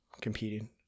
competing